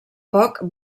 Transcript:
poc